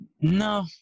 No